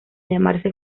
llamarse